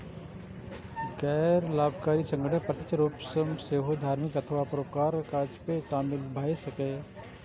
गैर लाभकारी संगठन प्रत्यक्ष रूप सं सेहो धार्मिक अथवा परोपकारक काज मे शामिल भए सकैए